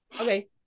Okay